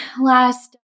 last